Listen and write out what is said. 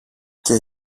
και